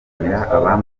inkunga